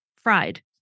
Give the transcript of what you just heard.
Fried